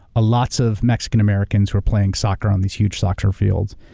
ah lots of mexican americans who are playing soccer on these huge soccer fields,